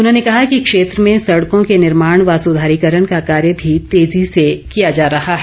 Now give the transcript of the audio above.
उन्होंने कहा कि क्षेत्र में सड़कों के निर्माण व सुधारीकरण का कार्य भी तेजी से किया जा रहा है